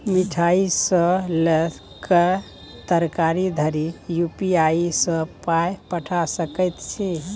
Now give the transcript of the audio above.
मिठाई सँ लए कए तरकारी धरि यू.पी.आई सँ पाय पठा सकैत छी